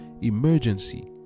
emergency